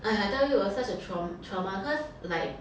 !aiya! I tell you it was such a trau~ trauma cause like